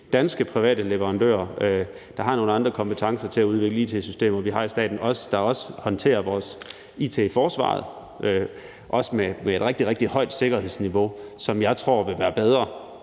danske private leverandører, som har nogle andre kompetencer til at udvikle it-systemer, end vi har i staten, og som også håndterer vores it i forsvaret, også med et rigtig, rigtig højt sikkerhedsniveau, og jeg tror, de vil være bedre